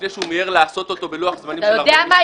לפני שהוא מיהר לעשות אותו בלוח זמנים --- אתה יודע מה,